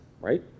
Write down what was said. right